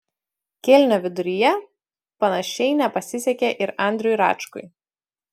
kėlinio viduryje panašiai nepasisekė ir andriui račkui